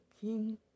King